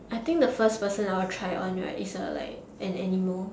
I think the first person I will try on right is a like an animal